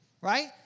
right